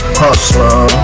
hustler